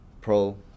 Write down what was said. pro